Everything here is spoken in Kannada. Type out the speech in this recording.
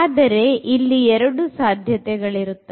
ಆದರೆ ಇಲ್ಲಿ ಎರಡು ಸಾಧ್ಯತೆಗಳಿರುತ್ತದೆ